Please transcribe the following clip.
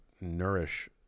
nourish